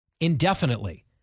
indefinitely